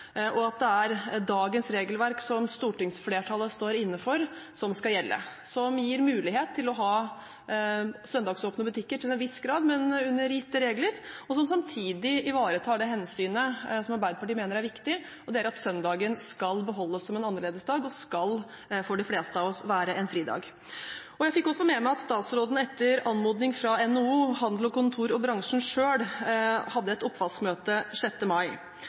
og at det er dagens regelverk, som stortingsflertallet står inne for, som skal gjelde, som gir mulighet for å ha søndagsåpne butikker til en viss grad, men i henhold til gitte regler, og som samtidig ivaretar det hensynet som Arbeiderpartiet mener er viktig, og det er at søndagen skal beholdes som en annerledesdag, og skal – for de fleste av oss – være en fridag. Jeg fikk også med meg at statsråden, etter anmodning fra NHO, Handel og Kontor og bransjen selv, hadde et oppvaskmøte 6. mai,